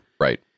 Right